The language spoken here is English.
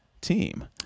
team